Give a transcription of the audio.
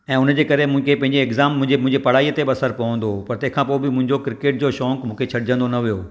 ऐं हुनजे करे मुंहिंजे पंहिंजे एग्जाम मुंहिंजे मुंहिंजे पढ़ाईअ ते बि असरु पवंदो हुओ पर तंहिं खां पोइ बि मुंहिंजो क्रिकेट जो शौक़ु मूंखे छॾिजंदो न वियो